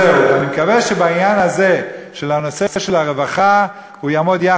וזאת תהיה ההזדמנות שלו לתת לרווחה.